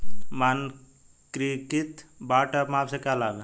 मानकीकृत बाट और माप के क्या लाभ हैं?